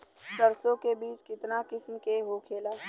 सरसो के बिज कितना किस्म के होखे ला?